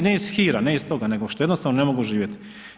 Ne iz hira, ne iz toga, nego što jednostavno ne mogu živjeti.